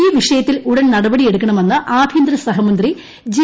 ഈ വിഷയത്തിൽ ഉടൻ നടപടിയെടുക്കണമെന്ന് ആഭ്യന്തര സഹമന്ത്രി ജി